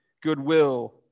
Goodwill